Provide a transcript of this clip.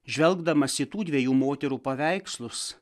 žvelgdamas į tų dviejų moterų paveikslus